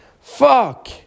Fuck